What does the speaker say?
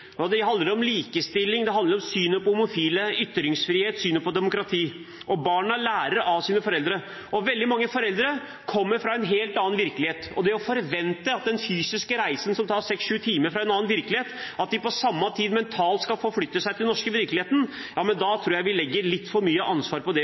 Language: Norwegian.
og det handler om likestilling, om synet på homofile, ytringsfrihet, synet på demokrati. Barna lærer av sine foreldre, og veldig mange foreldre kommer fra en helt annen virkelighet, og det å forvente at de etter den fysiske reisen som tar seks–sju timer fra en annen virkelighet, på samme tid mentalt skal forflytte seg til den norske virkeligheten, tror jeg er å legge litt for mye ansvar på deres skuldre, og da